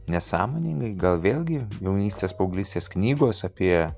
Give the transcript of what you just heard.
nesąmoningai gal vėlgi jaunystės paauglystės knygos apie